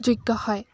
যোগ্য হয়